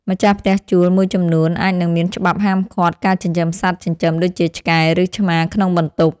ម្ចាស់ផ្ទះជួលមួយចំនួនអាចនឹងមានច្បាប់ហាមឃាត់ការចិញ្ចឹមសត្វចិញ្ចឹមដូចជាឆ្កែឬឆ្មាក្នុងបន្ទប់។